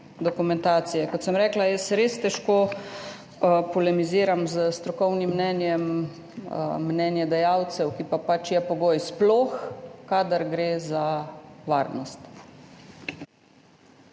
dokumentacije. Kot sem rekla, jaz res težko polemiziram s strokovnim mnenjem mnenjedajalcev, ki pa je pač pogoj, sploh kadar gre za varnost.